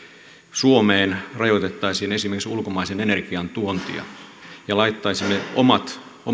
suomeen rajoittaisimme esimerkiksi ulkomaisen energian tuontia ja laittaisimme omat